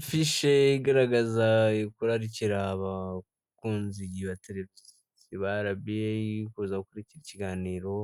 Ifishe igaragaza kurarikira abakunzi ba arabiyeyi bifuza gukurikira ikiganiro